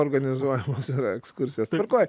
organizuojamos ekskursijos tvarkoj